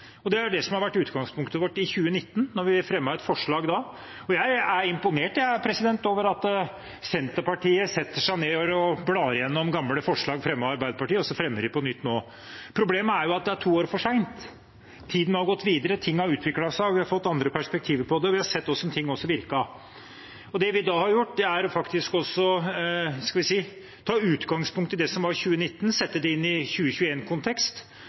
Det var det som var utgangspunktet vårt i 2019, da vi fremmet et forslag. Jeg er imponert over at Senterpartiet setter seg ned og blar gjennom gamle forslag fremmet av Arbeiderpartiet, og så fremmer de dem på nytt nå. Problemet er at det er to år for sent, tiden har gått videre, ting har utviklet seg, og vi har fått andre perspektiver på det. Vi har også sett hvordan ting har virket. Det vi da har gjort, er faktisk å ta utgangspunkt i det som var i 2019, og sette det inn i